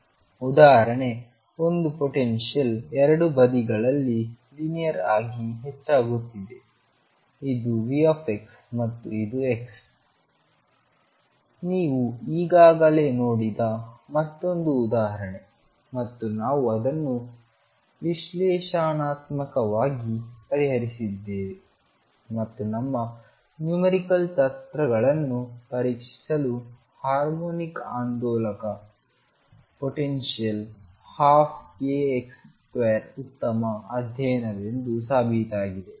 ಉದಾಹರಣೆ ಒಂದು ಪೊಟೆನ್ಶಿಯಲ್ ಎರಡು ಬದಿಗಳಲ್ಲಿ ಲೀನಿಯರ್ ಆಗಿ ಹೆಚ್ಚಾಗುತ್ತಿದೆ ಇದುV ಮತ್ತು ಇದು x ನೀವು ಈಗಾಗಲೇ ನೋಡಿದ ಮತ್ತೊಂದು ಉದಾಹರಣೆ ಮತ್ತು ನಾವು ಅದನ್ನು ವಿಶ್ಲೇಷಣಾತ್ಮಕವಾಗಿ ಪರಿಹರಿಸಿದ್ದೇವೆ ಮತ್ತು ನಮ್ಮ ನ್ಯುಮರಿಕಲ್ ತಂತ್ರಗಳನ್ನು ಪರೀಕ್ಷಿಸಲು ಹಾರ್ಮೋನಿಕ್ ಆಂದೋಲನ ಪೊಟೆನ್ಶಿಯಲ್ 12kx2 ಉತ್ತಮ ಅಧ್ಯಯನವೆಂದು ಸಾಬೀತಾಗಿದೆ